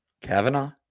Kavanaugh